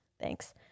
Thanks